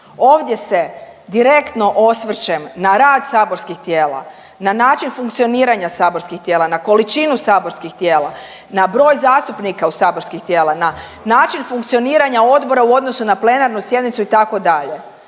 Ovdje se direktno osvrćem na rad saborskih tijela, na način funkcioniranja saborskih tijela, na količinu saborskih tijela, na broj zastupnika u saborskih tijela, na način funkcioniranja odbora u odnosu na plenarnu sjednicu itd.